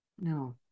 No